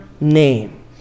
name